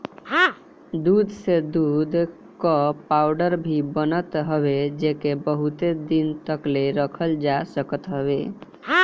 दूध से दूध कअ पाउडर भी बनत हवे जेके बहुते दिन तकले रखल जा सकत हवे